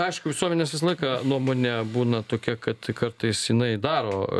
aišku visuomenės visą laiką nuomonė būna tokia kad kartais jinai daro